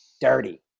dirty